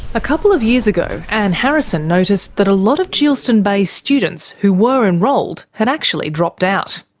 a couple of years ago, anne harrison noticed that a lot of geilston bay students who were enrolled had actually dropped out.